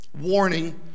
Warning